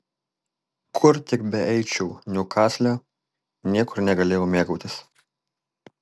kur tik beeičiau niukasle niekur negalėjau mėgautis